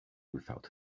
without